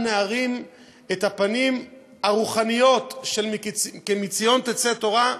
נערים את הפנים הרוחניות של "כי מציון תצא תורה",